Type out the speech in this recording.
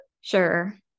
Sure